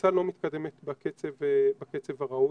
הפריסה לא מתקדמת בקצב הראוי,